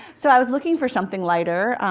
so i was looking for something lighter.